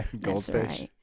Goldfish